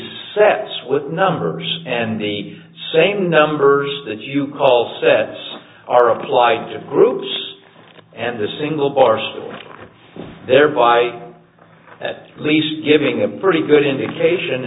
sets with number and the same numbers that you call sets are applied to groups and the single bar still there by at least giving a pretty good indication